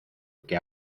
que